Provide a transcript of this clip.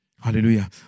Hallelujah